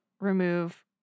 remove